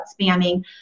spamming